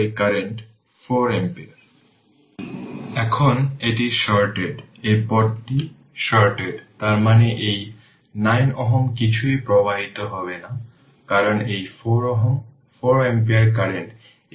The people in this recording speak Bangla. তাই সেজন্য এখন আমি সবকিছু জানব এই সমস্ত বিষয়গুলি আগে আলোচনা করা হয়েছে